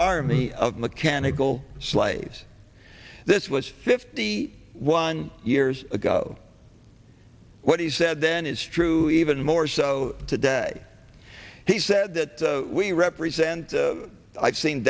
army of mechanical slaves this was fifty one years ago what he said then is true even more so today he said that we represent i've seen